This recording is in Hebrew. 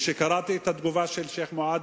כשקראתי את התגובה של שיח' מועדי,